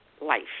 life